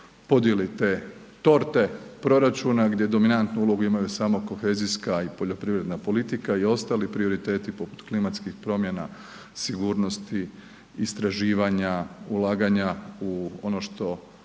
podjeli te torte proračuna gdje dominantnu ulogu imaju samo kohezijska i poljoprivredna politika i ostali prioriteti poput klimatskih promjena, sigurnosti, istraživanja, ulaganja u ono što